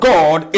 God